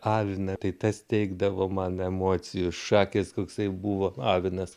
aviną tai tas teikdavo man emocijų šakės koksai buvo avinas